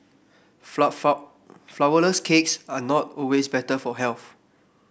flour four flourless cakes are not always better for health